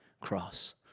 cross